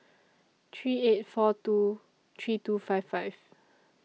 three eight four two three two five five